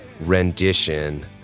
rendition